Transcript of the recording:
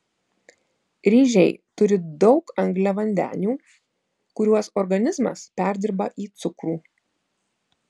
ryžiai turi daug angliavandenių kuriuos organizmas perdirba į cukrų